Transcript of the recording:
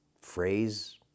phrase